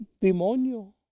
demonio